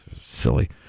Silly